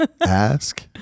Ask